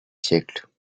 siècles